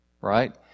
right